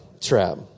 trap